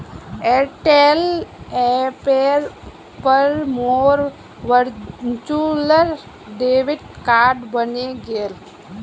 Airtel ऐपेर पर मोर वर्चुअल डेबिट कार्ड बने गेले